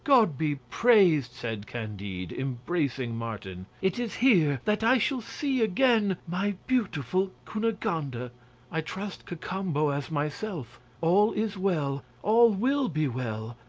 god be praised! said candide, embracing martin. it is here that i shall see again my beautiful cunegonde. ah i trust cacambo as myself. all is well, all will be well,